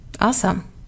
Awesome